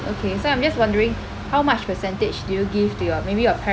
okay so I'm just wondering how much percentage do you give to your maybe your parents